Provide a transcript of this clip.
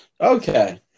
Okay